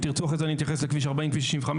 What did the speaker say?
ואם תרצו אני אתייחס אחרי זה לכביש 40 ולכביש 65,